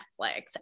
Netflix